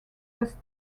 was